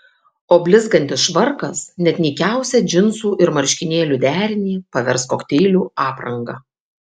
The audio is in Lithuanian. o blizgantis švarkas net nykiausią džinsų ir marškinėlių derinį pavers kokteilių apranga